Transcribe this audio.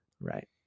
right